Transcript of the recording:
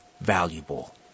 valuable